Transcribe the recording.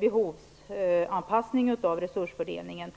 behovsanpassning av resursfördelningen.